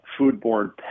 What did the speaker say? foodborne